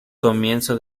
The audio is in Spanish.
comienzo